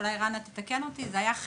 אולי רנאא תתקן אותי אם אני טועה,